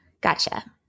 Gotcha